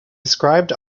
described